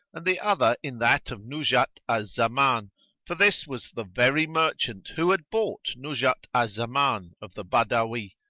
and the other in that of nuzhat al-zaman for this was the very merchant who had bought nuzhat al-zaman of the badawi,